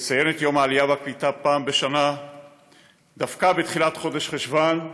שיש לציין את יום העלייה והקליטה פעם בשנה דווקא בתחילת חודש חשוון.